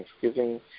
thanksgiving